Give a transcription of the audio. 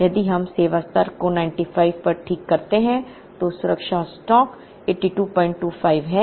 यदि हम सेवा स्तर को 95 पर ठीक करते हैं तो सुरक्षा स्टॉक 8225 है